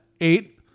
eight